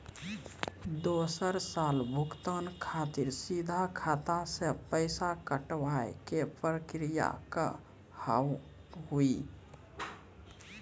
दोसर साल भुगतान खातिर सीधा खाता से पैसा कटवाए के प्रक्रिया का हाव हई?